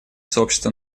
сообщество